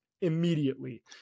immediately